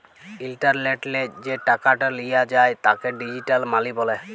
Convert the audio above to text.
ইলটারলেটলে যে টাকাট লিয়া যায় তাকে ডিজিটাল মালি ব্যলে